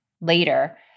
later